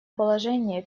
положение